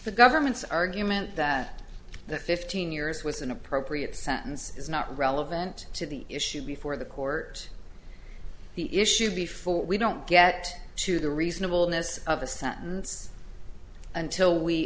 the government's argument that the fifteen years was an appropriate sentence is not relevant to the issue before the court the issue before we don't get to the reasonable ness of a sentence until we